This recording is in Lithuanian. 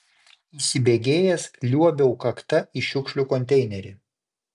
įsibėgėjęs liuobiau kakta į šiukšlių konteinerį